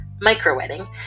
micro-wedding